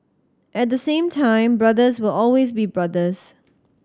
at the same time brothers will always be brothers